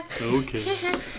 Okay